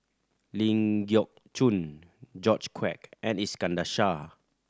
Ling Geok Choon George Quek and Iskandar Shah